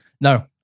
No